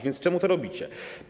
Więc czemu to robicie?